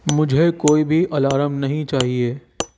مجھے کوئی بھی الارم نہیں چاہیے